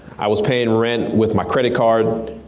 i was paying rent with my credit card.